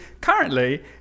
currently